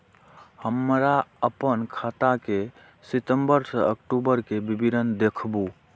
हमरा अपन खाता के सितम्बर से अक्टूबर के विवरण देखबु?